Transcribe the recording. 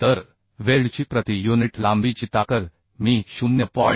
तर वेल्डची प्रति युनिट लांबीची ताकद मी 0